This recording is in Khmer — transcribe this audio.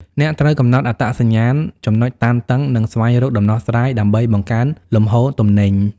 អ្នកត្រូវកំណត់អត្តសញ្ញាណចំណុចតានតឹង និងស្វែងរកដំណោះស្រាយដើម្បីបង្កើនលំហូរទំនិញ។